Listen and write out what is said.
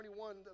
21